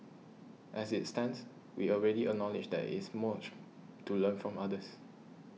as it stands we already acknowledge that is much to learn from others